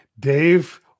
Dave